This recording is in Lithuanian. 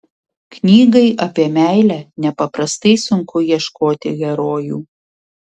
knygai apie meilę nepaprastai sunku ieškoti herojų